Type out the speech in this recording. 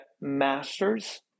masters